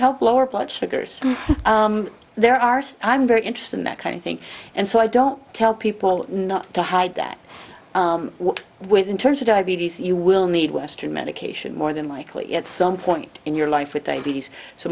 help lower blood sugars there are so i'm very interested in that kind of thing and so i don't tell people not to hide that what with in terms of diabetes you will need western medication more than likely at some point in your life with i b s so